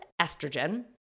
estrogen